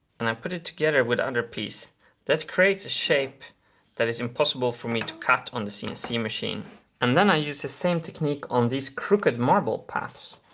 and i put it together with the other piece that creates a shape that is impossible for me to cut on the cnc machine and then i use the same technique on this crooked marble paths.